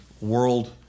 world